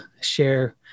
share